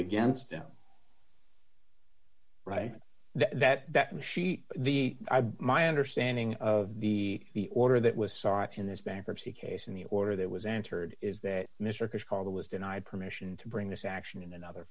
against him right that that machine the my understanding of the the order that was sought in this bankruptcy case in the order that was entered is that mr cash call that was denied permission to bring this action in another